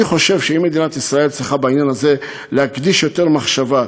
אני חושב שהיום מדינת ישראל צריכה בעניין הזה להקדיש יותר מחשבה.